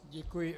Děkuji.